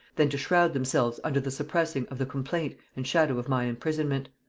than to shrowd themselves under the suppressing of the complaint and shadow of mine imprisonment.